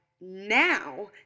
now